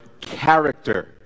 character